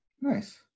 Nice